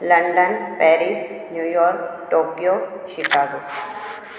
London Paris New York Tokyo Chicago